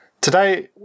Today